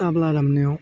टाब्ला दामनायाव